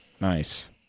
nice